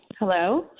Hello